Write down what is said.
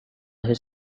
his